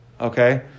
Okay